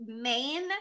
main